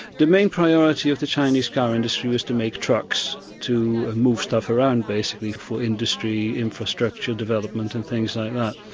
the main priority of the chinese car industry was to make trucks to move stuff around basically for industry, infrastructure, development and things like that.